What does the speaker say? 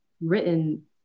written